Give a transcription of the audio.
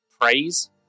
praise